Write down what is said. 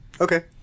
Okay